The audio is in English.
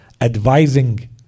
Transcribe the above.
advising